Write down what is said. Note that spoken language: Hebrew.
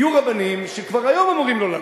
יהיו רבנים שכבר היום אומרים לא ללכת.